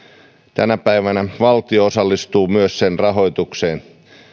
tänä päivänä myös valtio osallistuu sen rahoitukseen